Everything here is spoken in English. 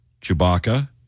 Chewbacca